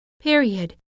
period